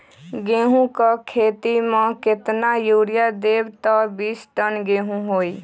गेंहू क खेती म केतना यूरिया देब त बिस टन गेहूं होई?